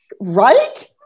Right